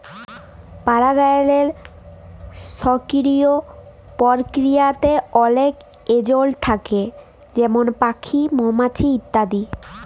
পারাগায়লের সকিরিয় পরকিরিয়াতে অলেক এজেলট থ্যাকে যেমল প্যাখি, মমাছি, হাওয়া ইত্যাদি